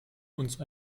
uns